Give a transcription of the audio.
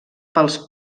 pels